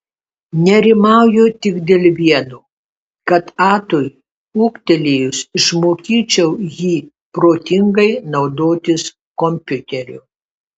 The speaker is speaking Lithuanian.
nerimauju tik dėl vieno kad atui ūgtelėjus išmokyčiau jį protingai naudotis kompiuteriu